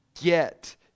get